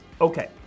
Okay